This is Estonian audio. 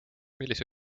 millise